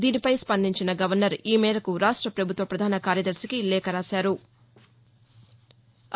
దీనిపై స్పందించిన గవర్నర్ ఈమేరకు రాష్ట ప్రభుత్వ ప్రధాన కార్యదర్శికి లేఖ రాశారు